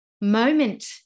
moment